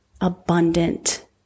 abundant